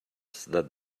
that